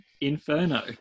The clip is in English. Inferno